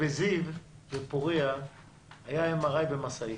בזיו ובפורייה היה MRI במשאית,